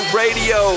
radio